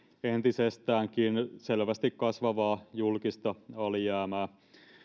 entisestäänkin selvästi kasvavaa julkista alijäämää